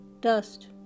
dust